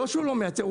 לא שהוא לא מייצר,